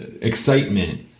excitement